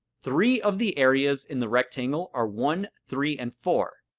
three of the areas in the rectangle are one, three and four,